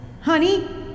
Honey